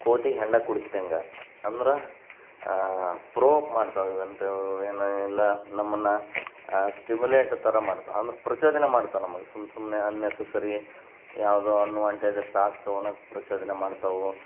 ಕೋತಿಗೆ ಹೆಂಡ ಕುಡಿಸ್ದಂಗೆ ಅಂದ್ರೆ ಪ್ರೋವೋಕ್ ಮಾಡ್ತಾವೆ ಏನು ಎಲ್ಲ ನಮ್ಮನ್ನು ಸ್ಟಿಮುಲೇಟ್ ಥರ ಮಾಡ್ತಾವೆ ಅಂದ್ರೆ ಪ್ರಚೋದನೆ ಮಾಡ್ತವೆ ನಮಗೆ ಸುಮ್ಮ ಸುಮ್ಮನೆ ಅನ್ನೆಸ್ಸಸರಿ ಯಾವುದೋ ಅನ್ವಾಂಟೆಡ್ ಸ್ಟಾಕ್ ತೊಗೊಣಕ್ಕೆ ಪ್ರಚೋದನೆ ಮಾಡ್ತವೆ